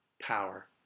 power